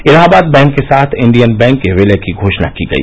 Allahabad bank के साथ Indian bank के विलय की घोषणा की गई